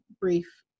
brief